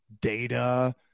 data